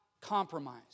compromise